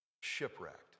Shipwrecked